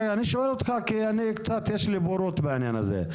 אני שואל אותך, כי יש לי קצת בורות בעניין הזה.